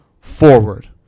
forward